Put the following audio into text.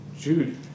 Jude